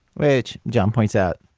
which, john points out,